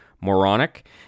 moronic